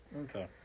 okay